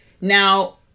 Now